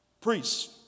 Priests